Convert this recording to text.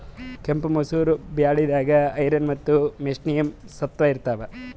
ಕೆಂಪ್ ಮಸೂರ್ ಬ್ಯಾಳಿದಾಗ್ ಐರನ್ ಮತ್ತ್ ಮೆಗ್ನೀಷಿಯಂ ಸತ್ವ ಇರ್ತವ್